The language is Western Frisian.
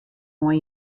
oan